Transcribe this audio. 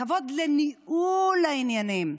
כבוד לניהול העניינים.